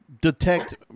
detect